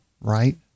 right